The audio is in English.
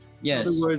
Yes